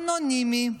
אנונימי.